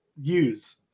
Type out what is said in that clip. use